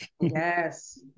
Yes